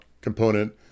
component